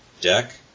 deck